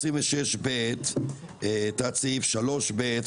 סעיף 26ב(3)(ב),